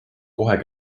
kohe